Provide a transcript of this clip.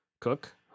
Cook